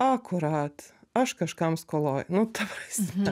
akurat aš kažkam skoloj nu ta prasme